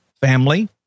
family